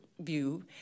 view